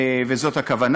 וזאת הכוונה.